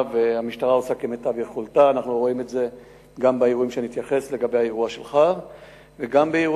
אנחנו עומדים בפני שאילתות דחופות שבהן שואלים